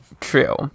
True